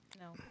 No